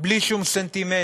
בלי שום סנטימנט.